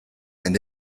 and